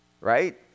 Right